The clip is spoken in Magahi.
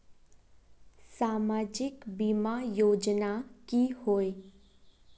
सामाजिक बीमा योजना की होय?